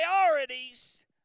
priorities